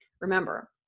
remember